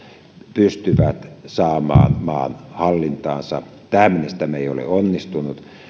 pystyvät saamaan maan hallintaansa tähän mennessä tämä ei ole onnistunut mutta